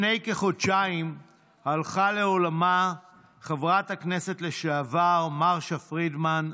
לפני כחודשיים הלכה לעולמה חברת הכנסת לשעבר מרשה פרידמן,